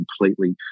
completely